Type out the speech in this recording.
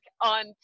on